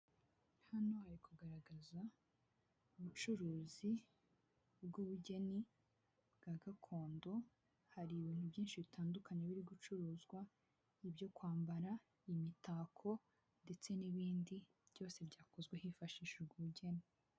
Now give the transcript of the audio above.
Hano hari kugaragaza ubucuruzi bw'ubugeni bwa gakondo hari ibintu byinshi bitandukanye biri gucuruzwa ibyo kwambara imitako ndetse n'ibindi byose byakozwe hifashishijwe ubugeni.